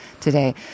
today